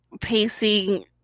pacing